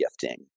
gifting